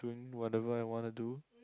doing whatever I wanna do